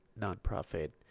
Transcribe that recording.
non-profit